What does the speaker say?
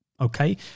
Okay